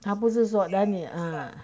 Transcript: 他不是说让你啊